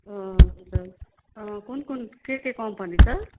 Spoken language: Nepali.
अँ हुन्छ अँ कुन कुन के के कम्पनी छ